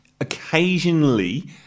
occasionally